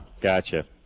gotcha